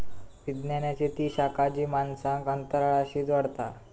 विज्ञानाची ती शाखा जी माणसांक अंतराळाशी जोडता